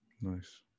Nice